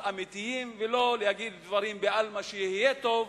אמיתיים ולא להגיד דברים בעלמא שיהיה טוב,